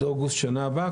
עד אוגוסט בשנה הבאה,